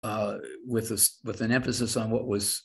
With an emphasis on what was.